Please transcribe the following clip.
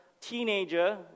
teenager